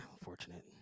unfortunate